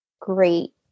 great